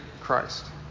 Christ